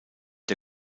der